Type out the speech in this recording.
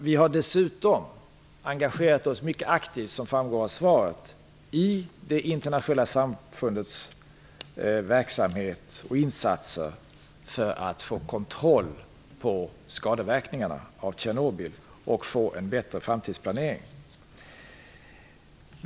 Vi har dessutom engagerat oss mycket aktivt, vilket framgår av svaret, i det internationella samfundets verksamhet och insatser för att få kontroll på skadeverkningarna av Tjernobyl och få en bättre framtidsplanering.